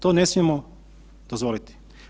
To ne smijemo dozvoliti.